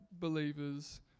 believers